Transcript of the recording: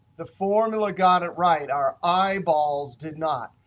the formula got it right, our eyeballs did not.